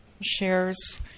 shares